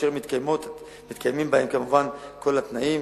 כאשר מתקיימים בהם כמובן כל התנאים,